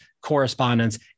correspondence